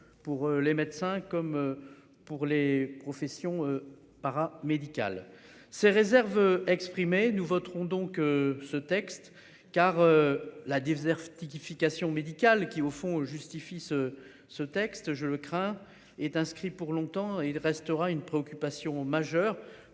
pour les médecins comme. Pour les professions para-médicales ces réserves exprimées nous voterons donc ce texte car. La désertification médicale qui au fond justifient ce ce texte, je le crains est inscrit pour longtemps. Il restera une préoccupation majeure